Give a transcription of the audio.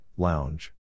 Lounge